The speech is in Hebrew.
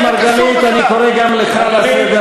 חבר הכנסת מרגלית, אני קורא גם לך לסדר.